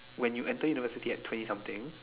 when you enter university at twenty something